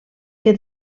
que